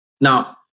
Now